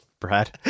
Brad